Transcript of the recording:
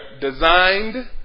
designed